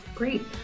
Great